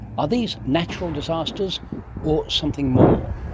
are these natural disasters or something more?